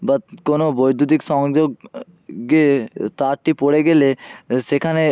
বা কোনোও বৈদ্যুতিক সংযোগ গিয়ে তারর্টি পড়ে গেলে সেখানে